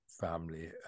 family